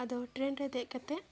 ᱟᱫᱚ ᱴᱨᱮᱹᱱ ᱨᱮ ᱫᱮᱡ ᱠᱟᱛᱮ